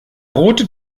rote